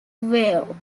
well